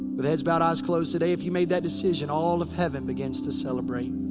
with heads bowed, eyes closed. today, if you made that decision all of heaven begins to celebrate.